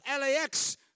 LAX